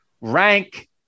rank